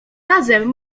razem